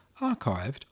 archived